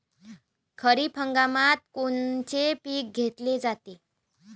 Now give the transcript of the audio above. खरिप हंगामात कोनचे पिकं घेतले जाते?